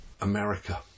America